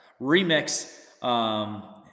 Remix